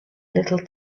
little